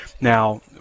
Now